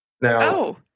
Now